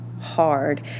hard